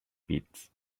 pits